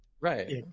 Right